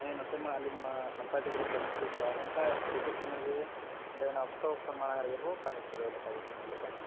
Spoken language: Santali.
ᱦᱮᱸ ᱱᱚᱛᱮ ᱢᱟ ᱟᱹᱞᱤᱧ ᱢᱟ ᱱᱟᱯᱟᱭ ᱛᱮᱜᱮᱞᱤᱧ ᱠᱟᱹᱢᱤ ᱦᱚᱪᱚᱭᱮᱫ ᱠᱚᱣᱟ ᱟᱨ ᱚᱱᱠᱟ ᱵᱩᱡᱷᱟᱹᱜ ᱠᱟᱱᱟ ᱡᱮ ᱚᱸᱰᱮ ᱚᱱᱟ ᱚᱠᱛᱚ ᱠᱷᱚᱱ ᱢᱟᱲᱟᱝ ᱨᱮᱜᱮ ᱵᱚ ᱠᱟᱹᱢᱤ ᱯᱩᱨᱟᱹᱣ ᱞᱮᱠᱟ ᱜᱮ ᱱᱟᱦᱟᱜ ᱵᱩᱡᱷᱟᱹᱜ ᱠᱟᱱᱟ